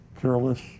careless